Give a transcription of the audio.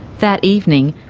that evening,